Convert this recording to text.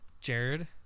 Jared